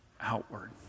outward